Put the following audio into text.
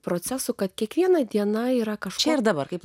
procesų kad kiekviena diena yra kas čia ir dabar kaip